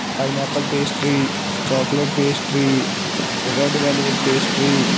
pineapple pastry chocolate pastry red velvet pastry